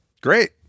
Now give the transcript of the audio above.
Great